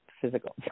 physical